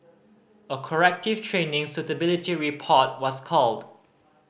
a corrective training suitability report was called